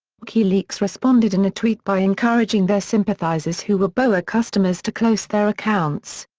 wikileaks responded in a tweet by encouraging their sympathizers who were boa customers to close their accounts.